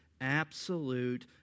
absolute